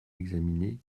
examiner